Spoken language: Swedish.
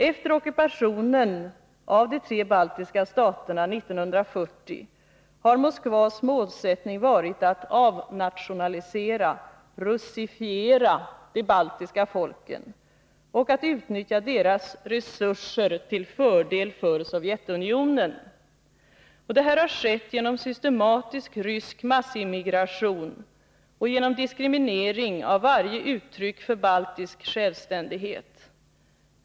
Efter ockupationen av de tre baltiska staterna 1940 har Moskvas målsättning varit att avnationalisera — russifiera — de baltiska folken och att utnyttja deras resurser till fördel för Sovjetunionen. Detta har skett genom systematisk rysk massimmigration och genom diskriminering av varje uttryck för baltisk självständighet.